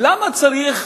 למה צריך